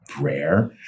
rare